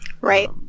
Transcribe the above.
Right